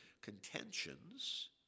Contentions